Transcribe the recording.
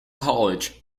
college